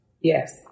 Yes